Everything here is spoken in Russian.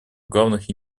главных